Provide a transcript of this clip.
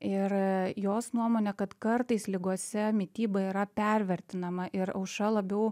ir jos nuomone kad kartais ligose mityba yra pervertinama ir aušra labiau